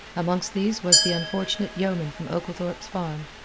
amongst these was the unfortunate yeoman from oglethorpe's farm,